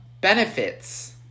benefits